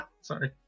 Sorry